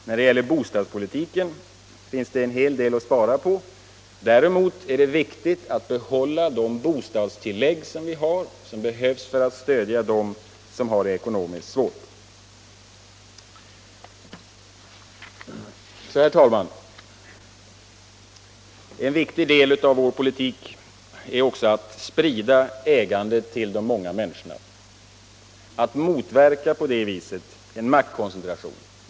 När det gäller bostadspolitiken finns det alltså en hel del att spara på. Däremot är det viktigt att behålla bostadstilläggen, som behövs för att stödja dem som har det ekonomiskt svårt. Herr talman! En viktig del av vår politik är att sprida ägandet till de många människorna för att på det viset motverka en maktkoncentration.